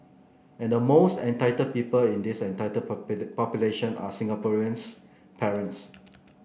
and the most entitled people in this entitled population are Singaporeans parents